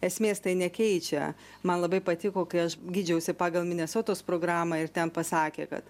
esmės tai nekeičia man labai patiko kai aš gydžiausi pagal minesotos programą ir ten pasakė kad